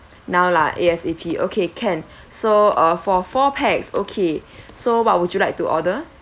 now lah A_S_A_P okay can so uh for four pax okay so what would you like to order